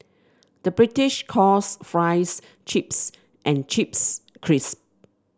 the British calls fries chips and chips crisps